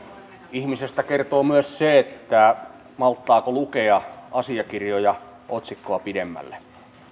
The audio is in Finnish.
ihmisestä kertoo myös se malttaako lukea asiakirjoja otsikkoa pidemmälle